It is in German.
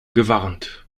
gewarnt